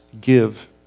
Give